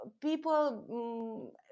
people